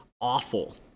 awful